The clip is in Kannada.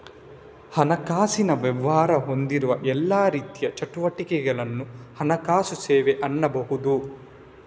ಹಣಕಾಸಿನ ವ್ಯವಹಾರ ಹೊಂದಿರುವ ಎಲ್ಲಾ ರೀತಿಯ ಚಟುವಟಿಕೆಗಳನ್ನ ಹಣಕಾಸು ಸೇವೆ ಅನ್ಬಹುದು